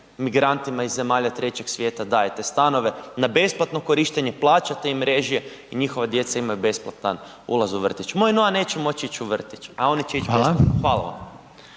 migrantima iz zemalja Trećeg svijeta dajete stanove na besplatno korištenje, plaćate im režije i njihova djeca imaju besplatan ulaz u vrtić. Moj Noa neće moći ići u vrtić, a oni će ići besplatno. Hvala.